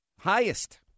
highest